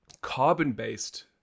carbon-based